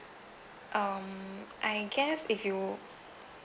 um I guess if you